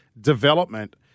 development